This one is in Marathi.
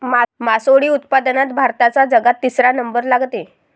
मासोळी उत्पादनात भारताचा जगात तिसरा नंबर लागते